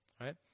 right